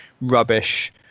rubbish